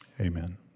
amen